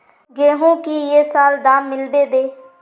गेंहू की ये साल दाम मिलबे बे?